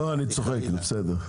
לא, אני צוחק, זה בסדר.